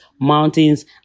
mountains